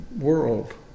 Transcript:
world